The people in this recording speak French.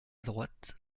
droite